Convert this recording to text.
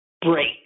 break